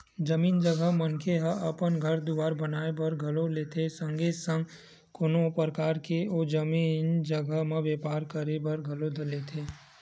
जमीन जघा मनखे ह अपन घर दुवार बनाए बर घलो लेथे संगे संग कोनो परकार के ओ जमीन जघा म बेपार करे बर घलो लेथे